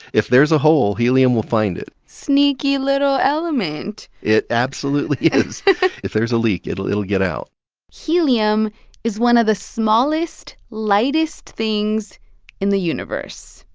if there's a hole, helium will find it sneaky little element it absolutely is if there's a leak, it'll it'll get out helium is one of the smallest, lightest things in the universe.